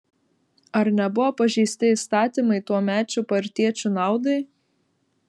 ar nebuvo pažeisti įstatymai tuomečių partiečių naudai